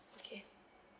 okay